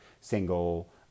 single